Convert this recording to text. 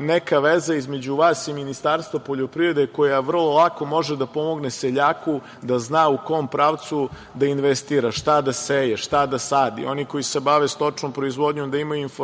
neka veza između vas i Ministarstva poljoprivrede koja vrlo lako može da pomogne seljaku da zna u kom pravcu da investira šta da seje, šta da sadi, oni koji se bave stočnom proizvodnjom da imaju informaciju